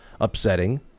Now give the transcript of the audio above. upsetting